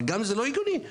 אבל זה לא הגיוני.